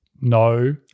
No